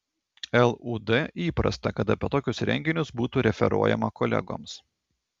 lud įprasta kad apie tokius renginius būtų referuojama kolegoms